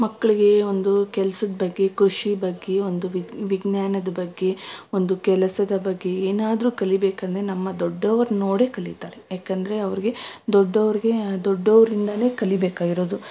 ಮಕ್ಕಳಿಗೆ ಒಂದು ಕೆಲ್ಸದ ಬಗ್ಗೆ ಕೃಷಿ ಬಗ್ಗೆ ಒಂದು ವಿಜ್ಞಾನದ ಬಗ್ಗೆ ಒಂದು ಕೆಲಸದ ಬಗ್ಗೆ ಏನಾದ್ರೂ ಕಲೀಬೇಕಂದ್ರೆ ನಮ್ಮ ದೊಡ್ಡವರು ನೋಡೇ ಕಲೀತಾರೆ ಯಾಕಂದರೆ ಅವ್ರಿಗೆ ದೊಡ್ಡವರಿಗೆ ದೊಡ್ಡೋರಿಂದಾನೆ ಕಲೀಬೇಕಾಗಿರೋದು